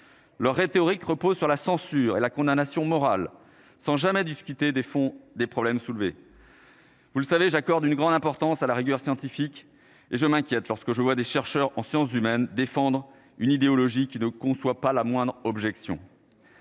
Leur rhétorique repose sur la censure et la condamnation morale sans jamais discuter des fonds des problèmes soulevés. Vous le savez j'accorde une grande importance à la rigueur scientifique et je m'inquiète lorsque je vois des chercheurs en sciences humaines, défendre une idéologie qui ne conçoit pas la moindre objection.